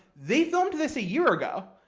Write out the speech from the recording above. they filmed this a year ago,